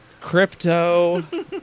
crypto